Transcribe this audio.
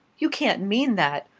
you can't mean that!